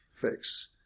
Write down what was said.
fix